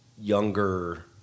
younger